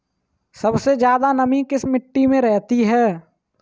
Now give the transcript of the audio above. सबसे ज्यादा नमी किस मिट्टी में रहती है?